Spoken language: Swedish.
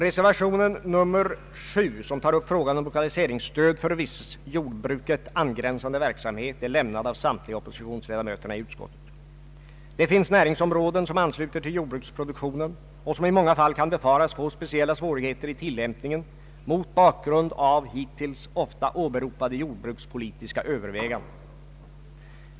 Reservation 7, som tar upp frågan om lokaliseringsstöd för viss till jordbruket angränsande verksamhet, har avgivits av samtliga oppositionsledamöter i utskottet. Det finns näringsområ den som ansluter till jordbruksproduktionen och som i många fall kan befaras få speciella svårigheter i tillämpningen mot bakgrund av hittills ofta åberopade jordbrukspolitiska överväganden.